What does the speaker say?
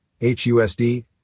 HUSD